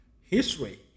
history